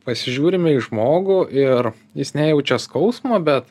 pasižiūrime į žmogų ir jis nejaučia skausmo bet